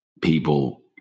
people